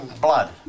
blood